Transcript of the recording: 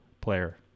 player